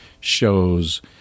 shows